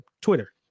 Twitter